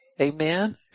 Amen